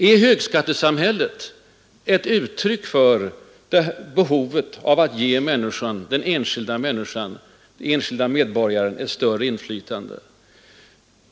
Är högskattesamhället ett uttryck för behovet av att ge den enskilde medborgaren ett större inflytande?